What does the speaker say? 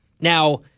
Now